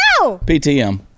PTM